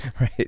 Right